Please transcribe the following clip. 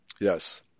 Yes